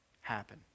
happen